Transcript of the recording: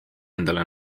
endale